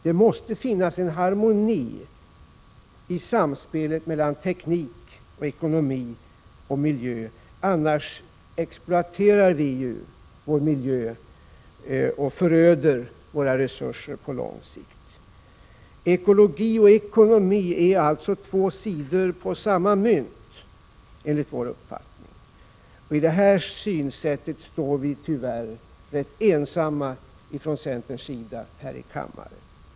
Det måste finnas harmoni i samspelet mellan teknik, ekonomi och miljö, annars exploaterar vi vår miljö och föröder våra resurser successivt. Ekologi och ekonomi är alltså två sidor av samma mynt, enligt vår mening. När det gäller det synsättet står vi i centern tyvärr ensamma här i kammaren.